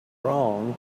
wrong